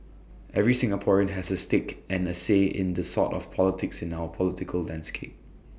every Singaporean has A stake and A say in the sort of politics in our political landscape